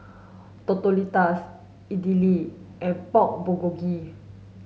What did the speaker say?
Tortillas Idili and Pork Bulgogi